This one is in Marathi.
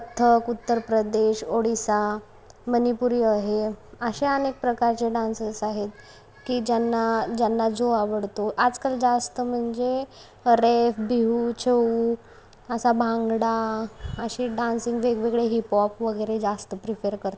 कत्थक उत्तर प्रदेश ओडिसा मणीपुरी आहे असे अनेक प्रकारचे डांसेस आहेत की ज्यांना ज्यांना जो आवडतो आजकाल जास्त म्हणजे रेव बिहू चहू असा भांगडा असे डान्सिंग वेगवेगळे हीपहॉप वगरे जास्त प्रिफर करतात